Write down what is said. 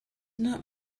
not